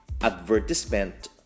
advertisement